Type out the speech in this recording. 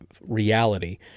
reality